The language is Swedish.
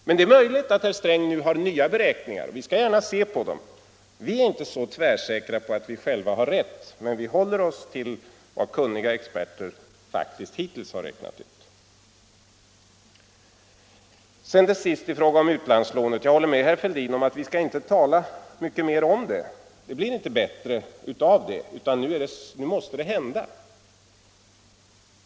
Men det är möjligt att herr Sträng nu har nya beräkningar. Vi skall gärna se på dem. Vi är inte så tvärsäkra på att vi själva har rätt, men vi håller oss till vad kunniga experter faktiskt hittills har räknat ut. När det till sist gäller utlandslånen håller jag med herr Fälldin om att vi inte skall tala mycket mer om den saken. Den blir inte bättre av det, utan nu måste något hända.